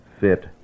fit